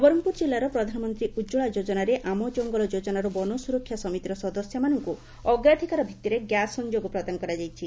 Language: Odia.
ନବରଙ୍ଙପୁର କିଲ୍ଲାର ପ୍ରଧାନମନ୍ତୀ ଉଜ୍ୱଳା ଯୋଜନାରେ ଆମ ଜଙ୍ଗଲ ଯୋଜନାର ବନ ସ୍ୱରକ୍ଷା ସମିତିର ସଦସ୍ୟା ମାନଙ୍କ ଅଗ୍ରାଧକାର ଭିଭିରେ ଗ୍ୟାସ୍ ସଂଯୋଗ ପ୍ରଦାନ କରାଯାଇଛି